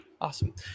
awesome